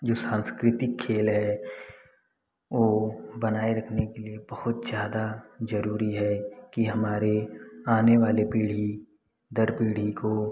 जो सांस्कृतिक खेल है ओ बनाए रखने के लिए बहुत ज़्यादा जरूरी है कि हमारे आने वाले पीढ़ी दर पीढ़ी को